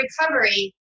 recovery